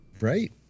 Right